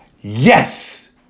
Yes